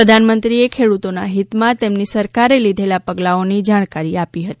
પ્રધાનમંત્રીએ ખેડૂતોના હિતમાં તેમની સરકારે લીધેલાં પગલાંઓની જાણકારી આપી હતી